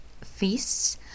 feasts